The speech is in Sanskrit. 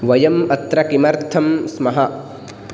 वयम् अत्र किमर्थं स्मः